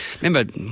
remember